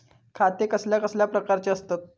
खाते कसल्या कसल्या प्रकारची असतत?